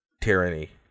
tyranny